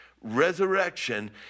resurrection